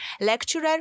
lecturer